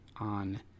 on